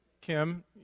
Kim